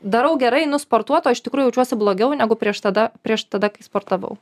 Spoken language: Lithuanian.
darau gerai einu sportuot o iš tikrųjų jaučiuosi blogiau negu prieš tada prieš tada kai sportavau